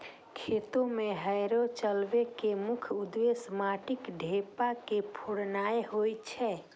खेत मे हैरो चलबै के मुख्य उद्देश्य माटिक ढेपा के फोड़नाय होइ छै